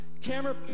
Camera